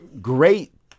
great